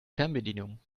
fernbedienung